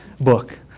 book